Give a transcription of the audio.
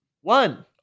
One